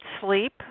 sleep